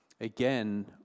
Again